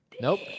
Nope